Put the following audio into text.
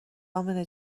امنه